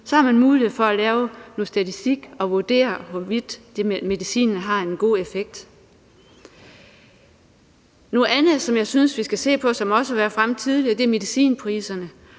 har man mulighed for at lave noget statistik og vurdere, hvorvidt medicinen har en god effekt. Noget tredje, som jeg synes vi skal se på, og som også har været fremme tidligere, er medicinpriserne,